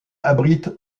abrite